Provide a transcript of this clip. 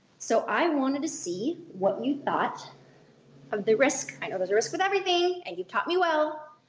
so i wanted to see what you thought of the risk. i know there's risks with everything and you've taught me well.